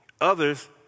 Others